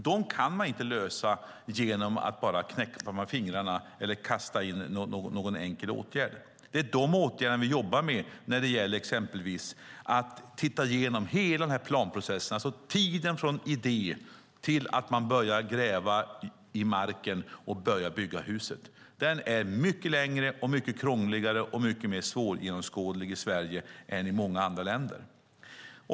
Dem kan man inte lösa genom att bara knäppa med fingrarna eller kasta in någon enkel åtgärd. Det är åtgärderna vi jobbar med när det gäller exempelvis att titta igenom hela planprocessen, alltså tiden från idé till att man börjar gräva i marken och börjar bygga huset. Den är mycket längre, mycket krångligare och mycket mer svårgenomskådlig i Sverige än i många andra länder.